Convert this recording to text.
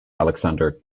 alexander